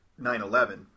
9-11